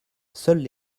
seules